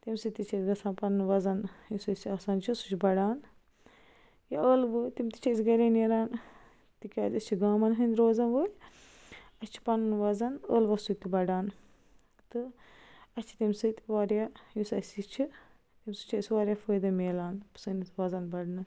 تَمہِ سۭتۍ تہِ چھُ اَسہِ گَژھان پَنُن وَزن یُس أسۍ آسان چھُ سُہ چھُ بَڑان یا ٲلوٕ تِم چھِ اَسہِ گَرے نیران تِکیٛازِ أسۍ چھِ گامن ہٕنٛدۍ روزن وٲلۍ اَسہِ چھُ پنُن وَزن ٲلوو سۭتۍ تہِ بَڑان تہٕ اَسہِ چھِ تمہِ سۭتۍ وارِیاہ یُس اَسہِ یہِ چھُ ییٚمہِ سۭتۍ چھُ اَسہِ وارِیاہ فٲیدٕ میلان سٲنِس وَزن بَڑنس